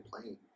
playing